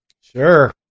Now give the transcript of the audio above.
Sure